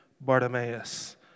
Bartimaeus